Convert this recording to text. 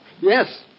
yes